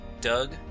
Doug